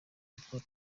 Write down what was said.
niko